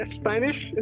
Spanish